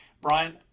Brian